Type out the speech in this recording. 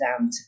down